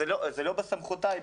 לא בסמכותה.